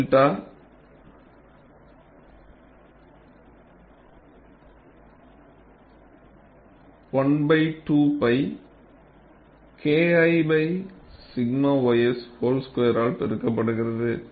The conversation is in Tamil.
𝚫 1 2 π Kl 𝛔 ys வோல் ஸ்குயர் ஆல்பெருக்கப்படுகிறது